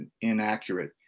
inaccurate